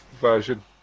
version